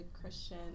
Christian